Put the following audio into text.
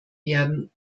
werden